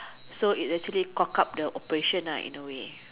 so it actually cock up the operation lah in a way